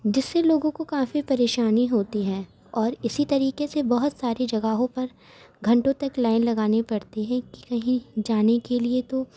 جس سے لوگوں کو کافی پریشانی ہوتی ہے اور اسی طریقے سے بہت ساری جگہوں پر گھنٹوں تک لائن لگانی پڑتی ہے کہ کہیں جانے کے لیے تو